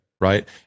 right